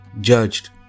judged